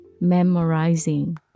memorizing